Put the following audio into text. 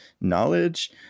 knowledge